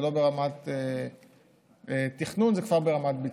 זה לא ברמת תכנון, זה כבר ברמת ביצוע.